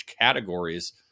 categories